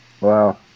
Wow